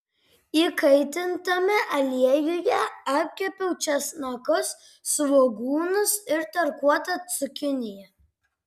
įkaitintame aliejuje apkepiau česnakus svogūnus ir tarkuotą cukiniją